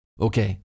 Okay